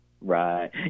Right